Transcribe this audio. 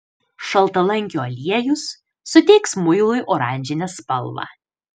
šaltalankio aliejus suteiks muilui oranžinę spalvą